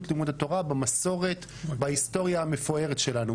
לימוד התורה במסורת בהיסטוריה המפוארת שלנו.